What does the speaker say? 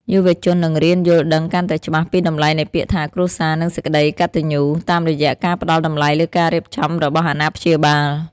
យុវជននឹងរៀនយល់ដឹងកាន់តែច្បាស់ពីតម្លៃនៃពាក្យថា "គ្រួសារ" និង "សេចក្ដីកតញ្ញូ" តាមរយៈការផ្ដល់តម្លៃលើការរៀបចំរបស់អាណាព្យាបាល។